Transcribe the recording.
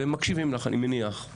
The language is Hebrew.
ומקשיבים לך אני מניח.